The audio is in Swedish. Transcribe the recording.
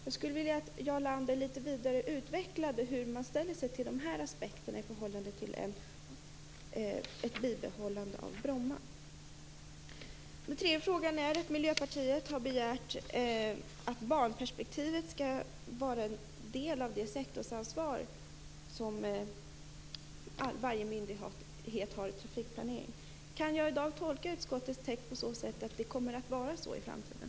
Jag skulle vilja att Jarl Lander litet vidare utvecklade hur man ställer sig till dessa aspekter i förhållande till ett bibehållande av Bromma. Den tredje frågan gäller att Miljöpartiet har begärt att barnperspektivet skall vara en del av det sektorsansvar som varje myndighet har vid trafikplaneringen. Kan jag i dag tolka utskottets text på ett sådant sätt att det kommer att vara så i framtiden?